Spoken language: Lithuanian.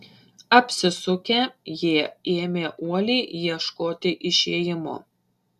apsisukę jie ėmė uoliai ieškoti išėjimo